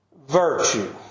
virtue